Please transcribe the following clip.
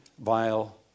vile